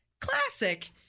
classic